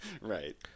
right